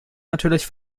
natürlich